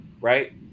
right